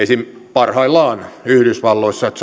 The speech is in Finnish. parhaillaan yhdysvalloissa